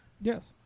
Yes